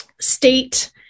state